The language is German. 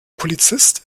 polizist